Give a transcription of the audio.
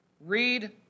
read